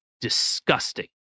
disgusting